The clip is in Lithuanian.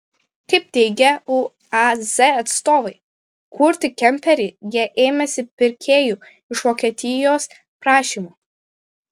kaip teigia uaz atstovai kurti kemperį jie ėmėsi pirkėjų iš vokietijos prašymu